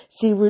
See